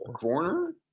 corner